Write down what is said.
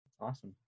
Awesome